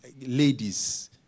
ladies